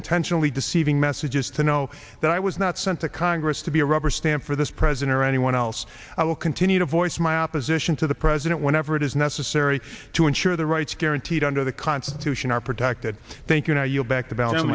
intentionally deceiving messages to know that i was not sent to congress to be a rubber stamp for this president or anyone else i will continue to voice my opposition to the president whenever it is necessary to ensure the rights guaranteed under the constitution are protected thank